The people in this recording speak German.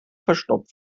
verstopft